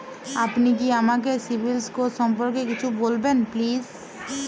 আপনি কি আমাকে সিবিল স্কোর সম্পর্কে কিছু বলবেন প্লিজ?